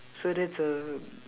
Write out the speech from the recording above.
so that's a